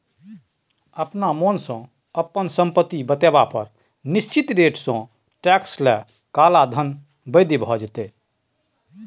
अपना मोनसँ अपन संपत्ति बतेबा पर निश्चित रेटसँ टैक्स लए काला धन बैद्य भ जेतै